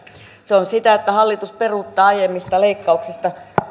se on sitä että hallitus peruuttaa aiemmista leikkauksista